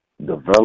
develop